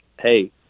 hey